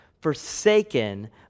forsaken